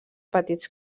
petits